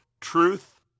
Truth